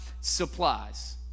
supplies